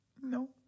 No